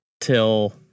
till